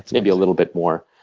maybe a little bit more.